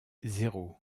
zéro